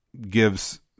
gives